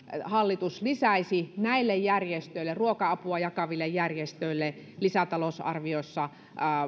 hallitus lisäisi näille järjestöille ruoka apua jakaville järjestöille lisätalousarviossa